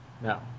No